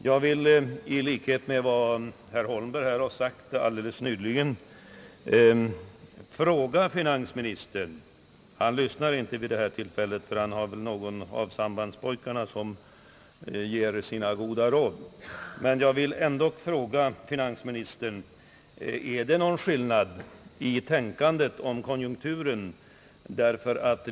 Jag vill i likhet med herr Holmberg ställa en fråga till finansministern — ja, han tycks inte lyssna vid detta tillfälle utan hör på någon av sambandspojkarna som ger goda råd. Men jag vill ändå fråga finansministern om det föreligger delade meningar i tänkandet när det gäller konjunkturen.